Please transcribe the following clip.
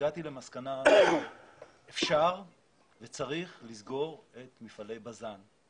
הגעתי למסקנה שאפשר וצריך לסגור את מפעלי בז"ן.